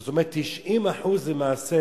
זאת אומרת 90% למעשה